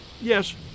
yes